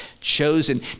chosen